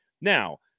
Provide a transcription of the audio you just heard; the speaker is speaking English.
Now